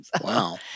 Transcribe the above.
Wow